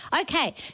Okay